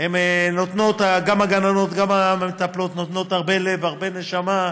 גם הגננות וגם המטפלות נותנות הרבה לב והרבה נשמה,